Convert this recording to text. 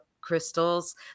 crystals